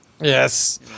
Yes